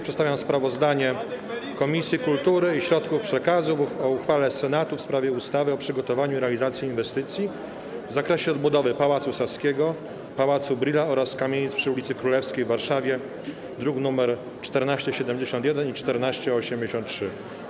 Przedstawiam sprawozdanie Komisji Kultury i Środków Przekazu o uchwale Senatu w sprawie ustawy o przygotowaniu i realizacji inwestycji w zakresie odbudowy Pałacu Saskiego, Pałacu Brühla oraz kamienic przy ulicy Królewskiej w Warszawie, druki nr 1471 i 1483.